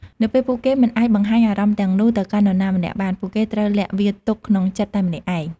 នៅពេលពួកគេមិនអាចបង្ហាញអារម្មណ៍ទាំងនោះទៅកាន់នរណាម្នាក់បាន ពួកគេត្រូវលាក់វាទុកក្នុងចិត្តតែម្នាក់ឯង។